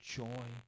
joy